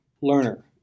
learner